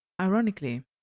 Ironically